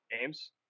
games